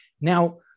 Now